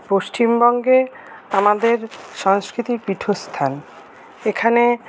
পশ্চিমবঙ্গে আমাদের সাংস্কৃতিক পীঠস্থান এখানে